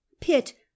pitt